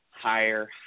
higher